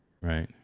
right